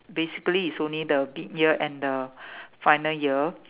basically it's only the mid year and the final year